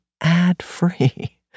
ad-free